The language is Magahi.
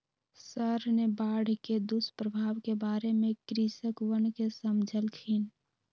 सर ने बाढ़ के दुष्प्रभाव के बारे में कृषकवन के समझल खिन